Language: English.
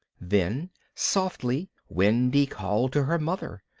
then softly wendy called to her mother.